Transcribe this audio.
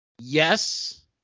yes